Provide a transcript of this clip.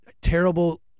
terrible